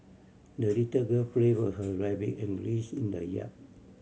the little girl played with her rabbit and geese in the yard